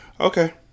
Okay